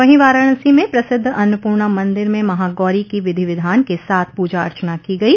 वहीं वाराणसी में प्रसिद्ध अन्नपूर्णा मन्दिर में महागौरी की विधि विधान के साथ पूजा अर्चना की गई